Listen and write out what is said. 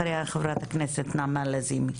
אחריה חברת הכנסת נעמה לזימי.